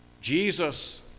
Jesus